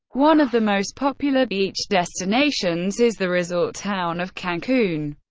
one of the most popular beach destinations is the resort town of cancun,